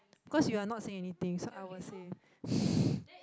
because you're not saying anything so I will say